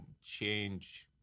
change